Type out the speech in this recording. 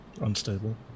Unstable